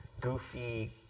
goofy